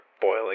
Boiling